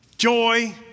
Joy